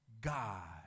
God